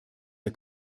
der